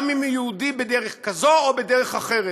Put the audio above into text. גם אם הוא יהודי בדרך כזאת או בדרך אחרת,